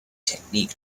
technique